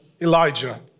Elijah